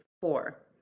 four